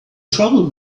trouble